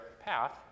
path